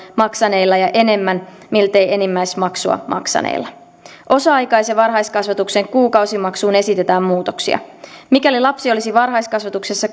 maksaneilla ja enemmän miltei enimmäismaksua maksaneilla osa aikaisen varhaiskasvatuksen kuukausimaksuun esitetään muutoksia mikäli lapsi olisi varhaiskasvatuksessa